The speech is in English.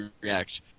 react